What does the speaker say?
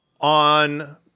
on